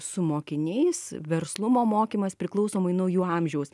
su mokiniais verslumo mokymas priklausomai nuo jų amžiaus